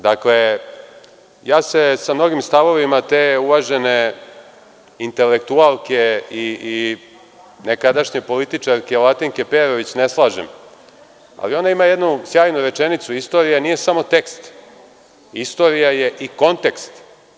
Dakle, ja se sa mnogim stavovima te uvažene intelektualke i nekadašnje političarke Latinke Perović ne slažem, ali ona ima jednu sjajnu rečenicu – Istorija nije samo tekst, istorija je i kontekst.